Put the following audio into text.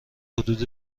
حدود